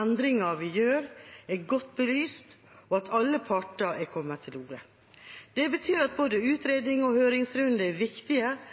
endringer vi gjør, er godt belyst, og at alle parter er kommet til orde. Det betyr at både utredning og høringsrunde er